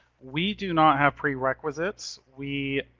we do not have prerequisites. we,